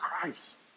Christ